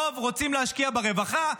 הרוב רוצים להשקיע ברווחה,